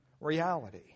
reality